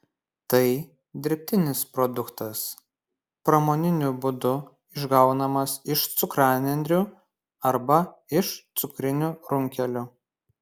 tai dirbtinis produktas pramoniniu būdu išgaunamas iš cukranendrių arba iš cukrinių runkelių